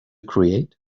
create